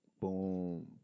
Boom